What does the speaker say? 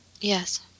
Yes